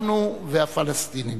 אנחנו והפלסטינים.